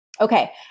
Okay